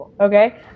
Okay